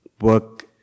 work